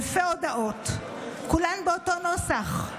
אלפי הודעות, כולן באותו נוסח,